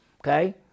Okay